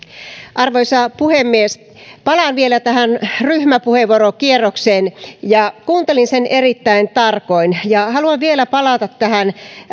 arvoisa puhemies palaan vielä tähän ryhmäpuheenvuorokierrokseen kuuntelin sen erittäin tarkoin ja haluan vielä palata tähän